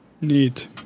Neat